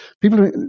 People